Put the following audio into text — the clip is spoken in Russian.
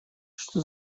что